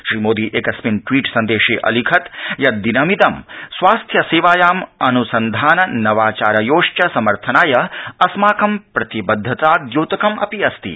श्री मोदी एकस्मिन् ट्वीट्सन्देशे अलिखत् यत् दिनमिदं स्वास्थ्य सेवायाम् अन्संधान नवाचारयोश्च समर्थनाय अस्माकं प्रतिबद्धता द्योतकम् अपि अस्ति